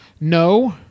no